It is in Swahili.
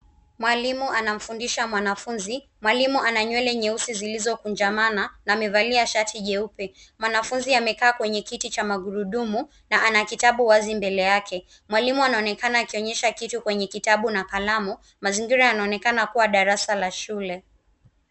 Mwalimu anamfundisha mwanafunzi. Mwalimu ana nywele nyeusi zilizokunjamana na amevalia shati jeupe. Mwanafunzi amekaa kwenye kiti cha magurudumu na ana kitabu wazi mbele yake. Mwalimu anaonekana akionyesha kitu kwenye kitabu na kalamu. Mazingira yanaonekana kuwa darasa la shule.